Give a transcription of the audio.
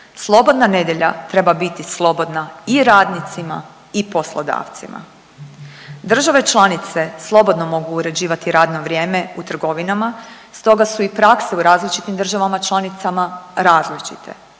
slobodna nedjelje treba biti slobodna i radnicima i poslodavcima. Države članice slobodno mogu uređivati radno vrijeme u trgovinama, stoga su i prakse u različitim državama članicama različite.